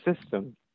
system